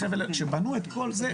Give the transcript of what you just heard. כשבנו את כל זה,